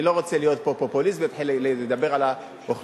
אני לא רוצה להיות פופוליסט ולהתחיל לדבר על האוכלוסיות